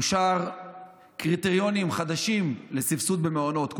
אושרו קריטריונים חדשים לסבסוד מעונות.